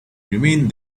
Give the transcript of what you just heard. remained